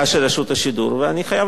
ואני חייב להגיד שאני מבין אותו.